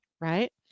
right